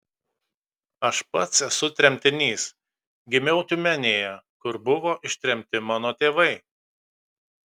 aš pats esu tremtinys gimiau tiumenėje kur buvo ištremti mano tėvai